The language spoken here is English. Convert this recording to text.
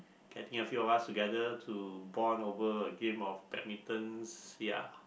getting a few of us together to bond over a game of badminton ya